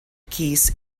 keys